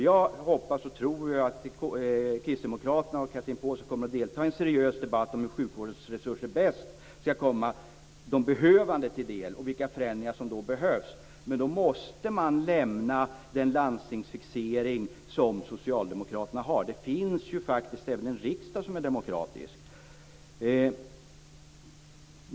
Jag hoppas och tror att kristdemokraterna och Chatrine Pålsson kommer att delta i en seriös debatt om hur sjukvårdens resurser bäst skall komma de behövande till del och vilka förändringar som då behövs, men då måste man lämna socialdemokraternas landstingsfixering. Det finns ju faktiskt en riksdag som är demokratisk.